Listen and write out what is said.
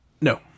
No